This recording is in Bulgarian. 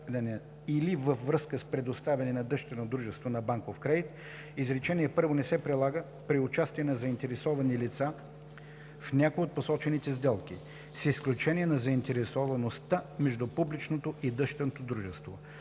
или във връзка с предоставяне на дъщерно дружество на банков кредит; изречение първо не се прилага при участие на заинтересовани лица в някоя от посочените сделки, с изключение на заинтересоваността между публичното и дъщерното дружество“;